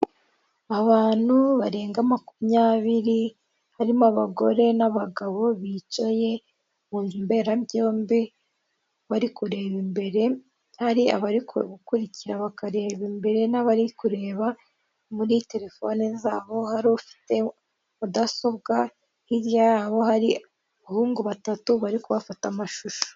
Abantu barenga makumyabiri harimo abagore n'abagabo bicaye mu nzu mberabyombi bari kureba imbere, hari abari gukurikira bakareba imbere n'abari kureba muri telefoni zabo hari ufite mudasobwa, hirya yabo hari abahungu batatu bari kubafata amashusho.